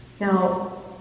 Now